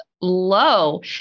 low